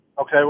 Okay